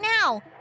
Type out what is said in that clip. now